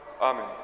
Amen